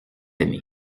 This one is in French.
aimé